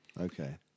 Okay